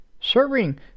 Serving